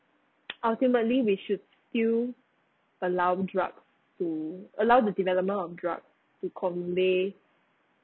ultimately we should still allow drugs to allow the development on drugs to convey